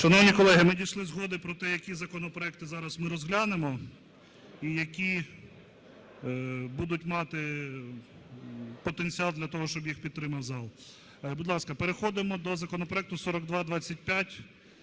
Шановні колеги, ми дійшли згоди про те, які законопроекти зараз ми розглянемо і які будуть мати потенціал, для того, щоб їх підтримав зал. Будь ласка, переходимо до законопроекту 4225: